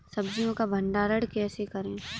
सब्जियों का भंडारण कैसे करें?